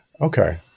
Okay